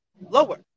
lower